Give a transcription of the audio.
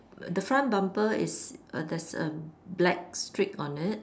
the front bumper is err there's a black streak on it